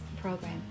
program